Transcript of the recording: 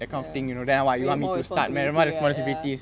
ya then more responsibilities right ya